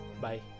Bye